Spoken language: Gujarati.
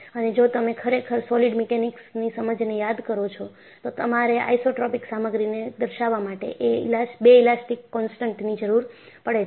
અને જો તમે ખરેખર સોલિડ મિકેનિક્સની સમજને યાદ કરો છો તો તમારે આઇસોટ્રોપિક સામગ્રીને દર્શાવવા માટે બે ઇલાસ્ટીક કોનસ્ટંટ ની જરૂર પડે છે